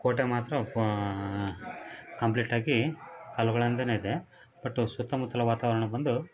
ಕೋಟೆ ಮಾತ್ರ ಕಂಪ್ಲೀಟ್ ಆಗಿ ಕಲ್ಲುಗಳಿಂದಲೇ ಇದೆ ಬಟ್ ಸುತ್ತಮುತ್ತಲು ವಾತಾವರಣ ಬಂದು